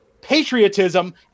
patriotism